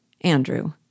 Andrew